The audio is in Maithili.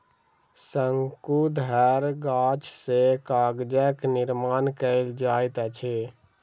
शंकुधर गाछ सॅ कागजक निर्माण कयल जाइत अछि